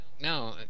No